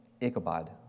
Ichabod